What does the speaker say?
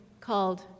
called